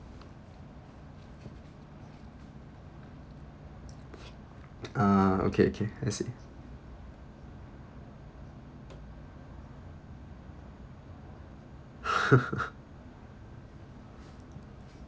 uh okay okay I see